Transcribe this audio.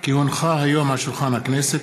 כי הונחה היום על שולחן הכנסת,